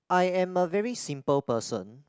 I am a very simple person